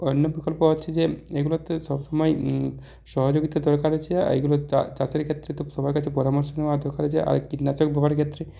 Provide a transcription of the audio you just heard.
অন্য বিকল্প হচ্ছে যে এগুলোতে সবসময় সহযোগিতা দরকার আছে আর এগুলো চাষের ক্ষেত্রে তো সবার কাছে পরামর্শ নেওয়ার দরকার আছে আর কীটনাশক ব্যবহারের ক্ষেত্রে